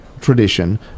tradition